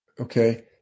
Okay